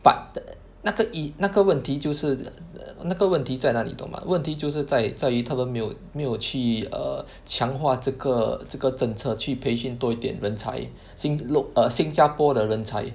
but the 那个一那个问题就是那个问题在哪里懂吗问题就是在在于他们没有没有去 err 强化这个这个政策去培训多一点人才新 look err 新加坡的人才